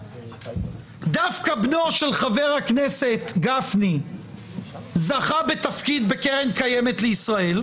דווקא בנו של חבר הכנסת גפני זכה לתפקיד בקרן הקיימת לישראל,